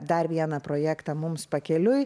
dar vieną projektą mums pakeliui